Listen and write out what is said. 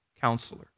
counselor